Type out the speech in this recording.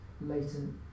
latent